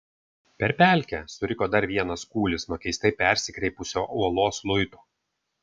per pelkę suriko dar vienas kūlis nuo keistai persikreipusio uolos luito